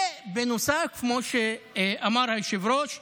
ובנוסף, כמו שאמר היושב-ראש,